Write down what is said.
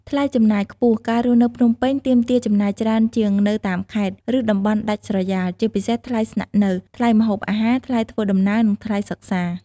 ថ្លៃចំណាយខ្ពស់ ការរស់នៅភ្នំពេញទាមទារចំណាយច្រើនជាងនៅតាមខេត្ត ឬតំបន់ដាច់ស្រយាល ជាពិសេសថ្លៃស្នាក់នៅ ថ្លៃម្ហូបអាហារ ថ្លៃធ្វើដំណើរ និងថ្លៃសិក្សា។